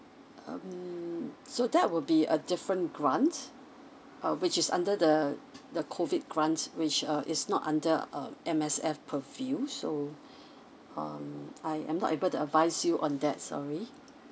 um so that will be a different grant uh which is under the the COVID grant which uh is not under um M_S_F purview so um I am not able to advise you on that sorry